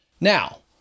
Now